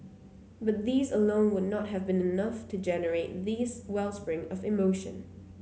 but these alone would not have been enough to generate this wellspring of emotion